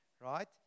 right